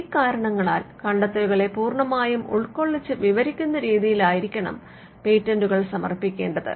ഇക്കാരണങ്ങളാൽ കണ്ടെത്തലുകളെ പൂർണ്ണമായും ഉൾക്കൊള്ളിച്ച് വിവരിക്കുന്ന രീതിയിൽ ആയിരിക്കണം പേറ്റന്റുകൾ സമർപ്പിക്കേണ്ടത്